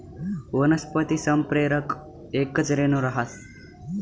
वनस्पती संप्रेरक येकच रेणू रहास